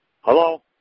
Hello